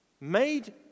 made